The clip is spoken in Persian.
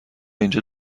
اینجا